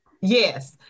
Yes